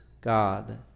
God